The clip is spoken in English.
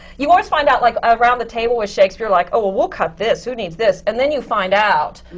you always find out, like, around the table with shakespeare, like, oh, well, we'll cut this. who needs this? and then you find out,